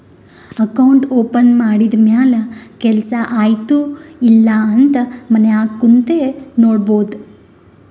account open ಮಾಡಿದ ಮ್ಯಾಲ ಕೆಲ್ಸಾ ಆಯ್ತ ಇಲ್ಲ ಅಂತ ಮನ್ಯಾಗ್ ಕುಂತೆ ನೋಡ್ಬೋದ್